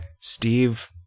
steve